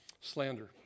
Slander